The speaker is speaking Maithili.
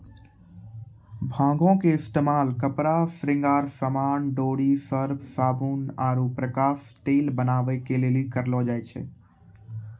भांगो के इस्तेमाल कपड़ा, श्रृंगार समान, डोरी, सर्फ, साबुन आरु प्रकाश तेल बनाबै के लेली करलो जाय छै